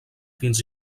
fins